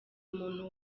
umuntu